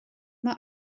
mae